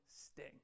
sting